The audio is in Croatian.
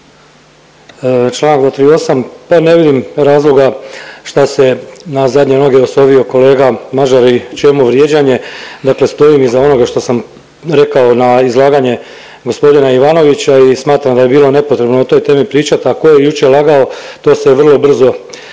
Članak 238., pa ne vidim razloga šta se na zadnje noge osovio kolega Mažar i čemu vrijeđanje. Dakle, stojim iza onoga što sam rekao na izlaganje gospodina Ivanovića i smatram da je bilo nepotrebno o toj temi pričati, a tko je jučer lagao to se je vrlo brzo ovoga